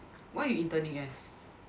what you interning as